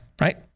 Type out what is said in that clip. right